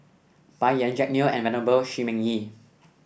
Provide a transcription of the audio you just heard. Bai Yan Jack Neo and Venerable Shi Ming Yi